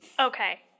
Okay